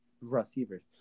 receivers